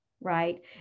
right